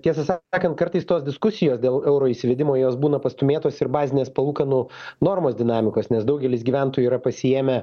tiesą sakant kartais tos diskusijos dėl euro įsivedimo jos būna pastūmėtos ir bazinės palūkanų normos dinamikos nes daugelis gyventojų yra pasiėmę